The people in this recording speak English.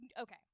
okay